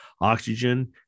oxygen